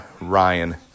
Ryan